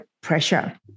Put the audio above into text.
pressure